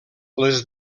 les